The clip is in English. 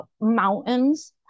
mountains